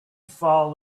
fall